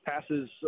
passes